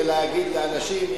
ולהגיד לאנשים,